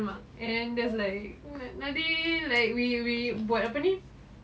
and that's like nanti we we buat apa ni